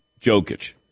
Jokic